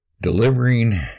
delivering